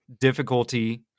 difficulty